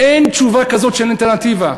אין תשובה כזאת של אלטרנטיבה.